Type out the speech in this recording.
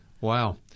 Wow